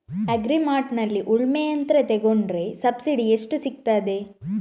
Agri ಮಾರ್ಟ್ನಲ್ಲಿ ಉಳ್ಮೆ ಯಂತ್ರ ತೆಕೊಂಡ್ರೆ ಸಬ್ಸಿಡಿ ಎಷ್ಟು ಸಿಕ್ತಾದೆ?